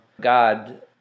God